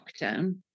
lockdown